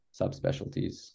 subspecialties